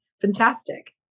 Fantastic